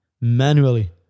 Manually